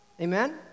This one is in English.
Amen